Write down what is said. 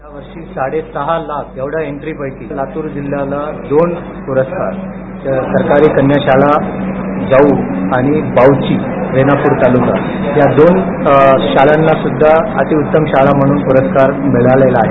यावर्षी साडे सहा लाख एवढ्या एन्ट्रीं पैकी लातूर जिल्ह्याला दोन प्रस्कार सरकारी कन्या शाळा जाऊ आणि बाऊची रेणापूर तालुका या शाळांना उत्तम शाळा म्हणून पूरस्कार मिळाला आहे